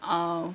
uh